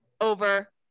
over